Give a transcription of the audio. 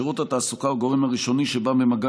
שירות התעסוקה הוא הגורם הראשוני שבא במגע